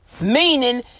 Meaning